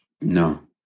No